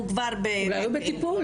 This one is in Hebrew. יכול להיות שהוא בטיפול.